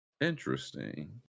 Interesting